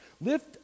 lift